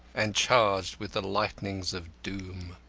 and charged with the lightnings of doom.